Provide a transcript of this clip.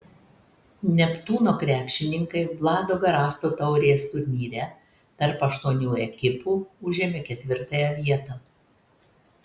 neptūno krepšininkai vlado garasto taurės turnyre tarp aštuonių ekipų užėmė ketvirtąją vietą